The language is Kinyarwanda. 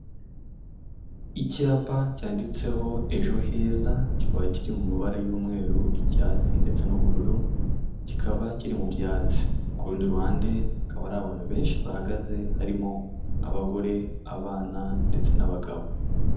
Icyapa cyanditseho ejo heza kikaba kiri mu mabara y'umweru, icyatsi ndetse n'ubururu, kikaba kiri mu byatsi, ku rundi ruhande hakaba hari abantu benshi bahagaze harimo abagore, abana ndetse n'abagabo.